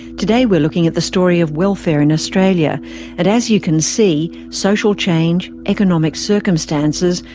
today we're looking at the story of welfare in australia and as you can see, social change, economic circumstances,